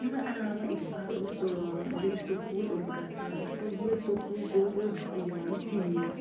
دَپان علامہ اقبال اوس سُہ ییٚلہِ سُکوٗل اوس گَژھان تہٕ ییٚلہِ سُکوٗل گوٚو یہِ اوس دۄہَے یِوان ژیٖرۍ